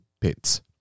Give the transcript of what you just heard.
Pits